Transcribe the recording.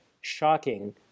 shocking